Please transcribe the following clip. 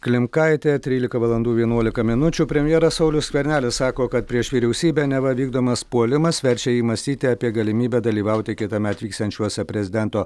klimkaitė trylika valandų vienuolika minučių premjeras saulius skvernelis sako kad prieš vyriausybę neva vykdomas puolimas verčia jį mąstyti apie galimybę dalyvauti kitąmet vyksiančiuose prezidento